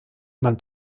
man